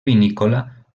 vinícola